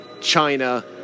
China